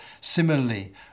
similarly